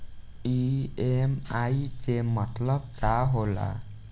EMI के मतलब का होला?